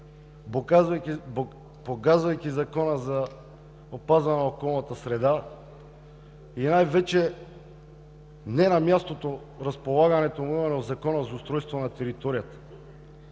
погазвайки Закона за опазване на околната среда и най-вече, не на място, разполагането му е в Закона за устройство на територията.